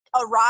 arrive